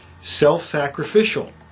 self-sacrificial